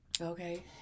Okay